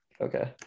okay